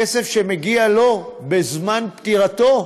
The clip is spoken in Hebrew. כסף שמגיע לו בזמן פטירתו,